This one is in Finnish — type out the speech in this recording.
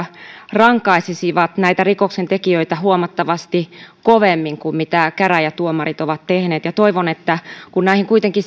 rankaisisivat näitä rikoksentekijöitä huomattavasti kovemmin kuin mitä käräjätuomarit ovat tehneet toivon että kun näihin rikosten rangaistusten koventamisiin kuitenkin